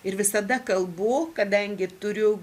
ir visada kalbu kadangi turiu